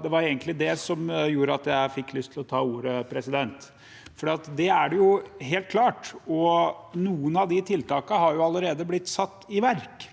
Det var egentlig det som gjorde at jeg fikk lyst til å ta ordet, for det er det helt klart, og noen av de tiltakene har allerede blitt satt i verk.